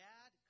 Dad